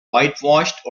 whitewashed